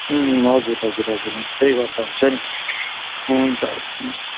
हजुर हजुर हजुर हुन्छ त्यही गर्दा हुन्छ नि हुन्छ हुन्छ